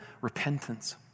repentance